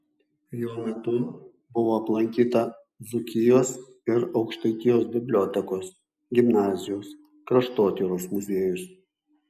jo metu buvo aplankyta dzūkijos ir aukštaitijos bibliotekos gimnazijos kraštotyros muziejus